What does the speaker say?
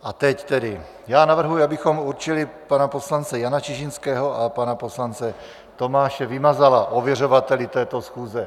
A teď tedy navrhuji, abychom určili pana poslance Jana Čižinského a pana poslance Tomáše Vymazala ověřovateli této schůze.